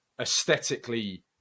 aesthetically